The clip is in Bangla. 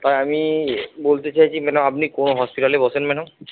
তা আমি বলতে চাইছি ম্যাডাম আপনি কোন হসপিটালে বসেন ম্যাডাম